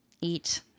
eat